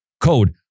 code